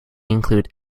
include